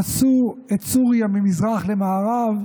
חצו את סוריה ממזרח למערב,